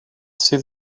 sydd